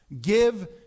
give